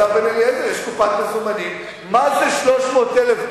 השר בן-אליעזר,